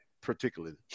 particularly